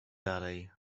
dalej